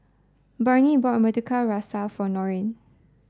Barnie bought murtabak rusa for Norine